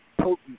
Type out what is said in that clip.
potent